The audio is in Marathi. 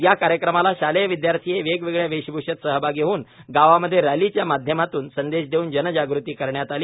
या कार्यक्रमाला शालेय विद्यार्थी हे वेगवेगळ्या वेशभूषेत सहभागी होऊन गावामध्ये रॅलीच्या माध्यमातून संदेश देऊन जनजागृती करण्यात आली